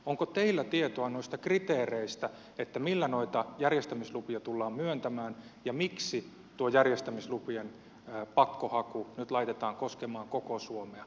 onko teillä tietoa noista kriteereistä millä noita järjestämislupia tullaan myöntämään ja miksi tuo järjestämislupien pakkohaku nyt laitetaan koskemaan koko suomea